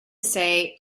say